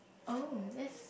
oh that's